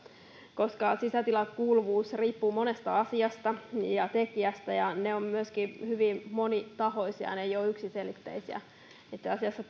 koska sisätilakuuluvuus riippuu monesta asiasta ja tekijästä ja ne ovat myöskin hyvin monitahoisia ne eivät ole yksiselitteisiä itse asiassa